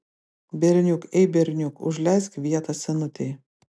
berniuk ei berniuk užleisk vietą senutei